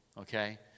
Okay